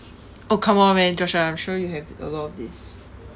oh come on man joshua I'm sure you have a lot of this